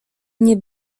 nie